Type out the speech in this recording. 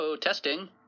testing